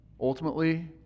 Ultimately